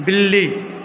बिल्ली